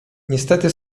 niestety